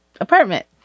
apartment